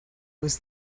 was